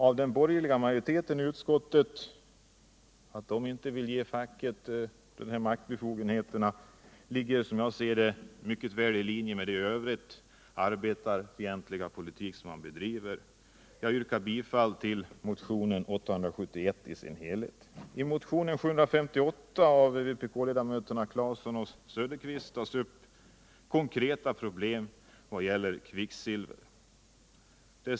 Att den borgerliga majoriteten i utskottet inte vill ge facket dessa maktbefogenheter ligger, som vi ser det, mycket väl i linje med den i övrigt arbetarfientliga politik som bedrivs. Jag yrkar bifall till motionen 871 i dess helhet. I motionen 785 av vpk-ledamöterna Tore Claeson och Oswald Söderqvist tas det konkreta problemet med kvicksilver upp.